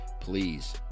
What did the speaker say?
please